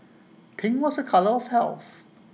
pink was A colour of health